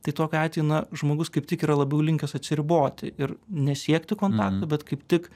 tai tokiu atveju na žmogus kaip tik yra labiau linkęs atsiriboti ir nesiekti kontakto bet kaip tik